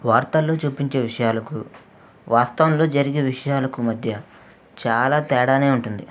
వార్తల్లో చూపించే విషయాలకు వాస్తవంలో జరిగే విషయాలకూ మధ్య చాలా తేడానే ఉంటుంది